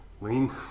lean